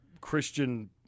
Christian